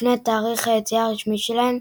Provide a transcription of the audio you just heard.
לפני תאריך היציאה הרשמי שלהם,